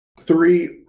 three